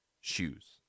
shoes